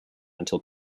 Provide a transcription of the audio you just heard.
until